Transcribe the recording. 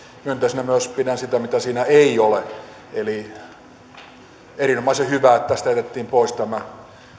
myönteisenä pidän myös sitä mitä siinä ei ole eli on erinomaisen hyvä että tästä jätettiin pois tämä